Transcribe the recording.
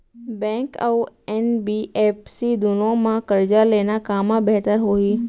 Bank अऊ NBFC दूनो मा करजा लेना कामा बेहतर होही?